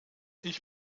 ich